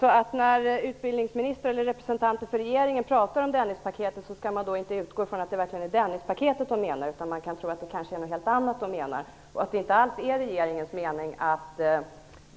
Herr talman! När utbildningsministern eller andra representanter för regeringen pratar om Dennispaketet skall man då inte utgå från att det verkligen är Dennispaketet de menar, utan det kan vara något helt annat. Det kanske inte alls är regeringens mening att